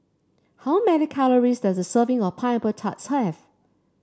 how many calories does a serving of Pineapple Tarts have